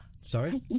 Sorry